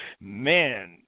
man